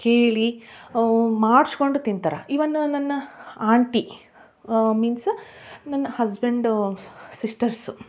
ಕೇಳಿ ಮಾಡಿಕೊಂಡು ತಿಂತಾರೆ ಈವನ್ ನನ್ನ ಆಂಟಿ ಮೀನ್ಸ್ ನನ್ನ ಹಸ್ಬೆಂಡು ಸಿಸ್ಟರ್ಸು